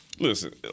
Listen